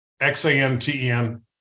X-A-N-T-E-N